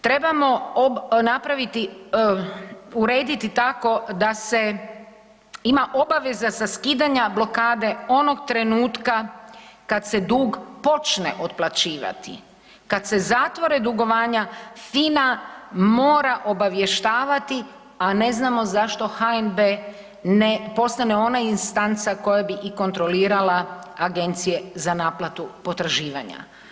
Trebamo napraviti, urediti tako da se ima obaveza za skidanja blokade onog trenutka kad se dug počne otplaćivati, kad se zatvore dugovanja, FINA mora obavještavati a ne znamo zašto HNB ne postane ona instanca koja bi i kontrolirala agencije za naplatu potraživanja.